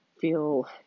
feel